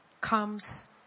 comes